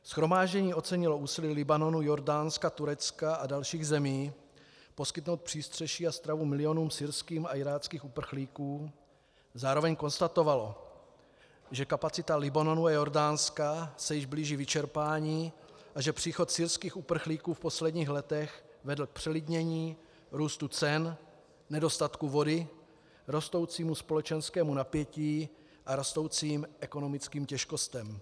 Shromáždění ocenilo úsilí Libanonu, Jordánska, Turecka a dalších zemí poskytnout přístřeší a stravu milionům syrských a iráckých uprchlíků, zároveň konstatovalo, že kapacita Libanonu a Jordánska se již blíží vyčerpání a že příchod syrských uprchlíků v posledních letech vedl k přelidnění, růstu cen, nedostatku vody, rostoucímu společenskému napětí a rostoucím ekonomickým těžkostem.